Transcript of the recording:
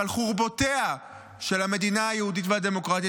ועל חורבותיה של המדינה היהודית והדמוקרטית